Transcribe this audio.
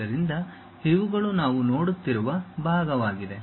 ಆದ್ದರಿಂದ ಇವುಗಳು ನಾವು ನೋಡುತ್ತಿರುವ ಭಾಗವಾಗಿದೆ